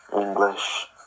English